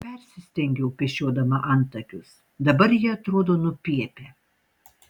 persistengiau pešiodama antakius dabar jie atrodo nupiepę